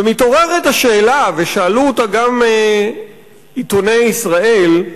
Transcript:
ומתעוררת השאלה, ושאלו אותה גם עיתוני ישראל,